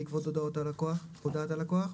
בעקבות הודעת הלקוח,